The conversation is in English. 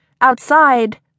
Outside